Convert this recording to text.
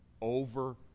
over